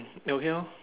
okay lor